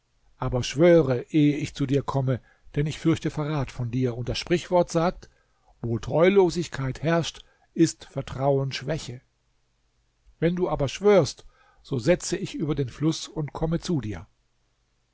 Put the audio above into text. aber schwöre ehe ich zu dir komme denn ich fürchte verrat von dir und das sprichwort sagt wo treulosigkeit herrscht ist vertrauen schwäche wenn du aber schwörst so setze ich über den fluß und komme zu dir